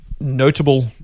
notable